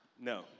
No